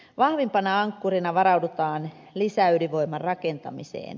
vahvimpana ankkurina varaudutaan lisäydinvoiman rakentamiseen